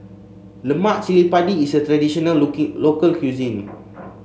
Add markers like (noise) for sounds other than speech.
Lemak Cili Padi is a traditional (unintelligible) local cuisine